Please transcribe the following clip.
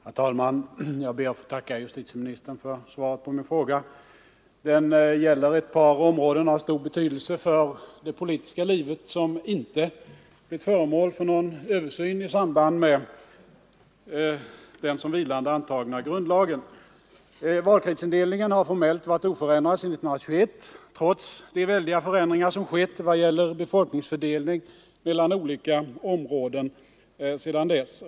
Herr talman! Jag ber att få tacka justitieministern för svaret på min fråga. Den gäller ett par områden av stor betydelse för det politiska livet som inte blivit föremål för någon översyn i samband med den som vilande antagna grundlagen. Valkretsindelningen har formellt varit oförändrad sedan 1921, trots de väldiga förändringar som skett i vad gäller befolkningsfördelningen mellan olika områden sedan dess.